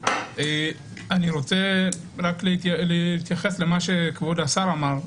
אני רוצה להתייחס לדבריו של כבוד השר.